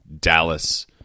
Dallas